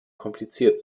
kompliziert